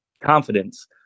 confidence